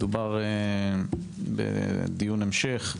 מדובר בדיון המשך.